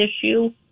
issue